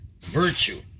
virtue